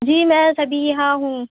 جی میں صبیحہ ہوں